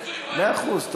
מאה אחוז.